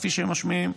כפי שהן משמיעות.